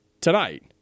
tonight